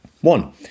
one